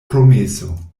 promeso